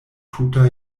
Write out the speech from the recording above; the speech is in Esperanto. tuta